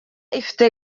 ifite